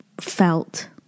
felt